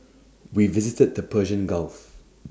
we visited the Persian gulf